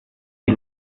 die